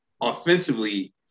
offensively